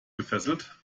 gefesselt